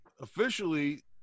officially